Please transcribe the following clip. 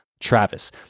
Travis